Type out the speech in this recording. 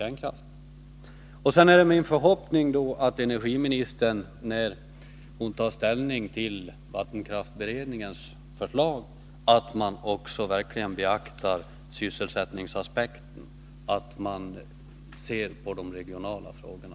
Det är min förhoppning att energiministern, när hon tar ställning till vattenkraftsberedningens förslag, verkligen beaktar sysselsättningsaspekten och därvid ser på de regionala frågorna.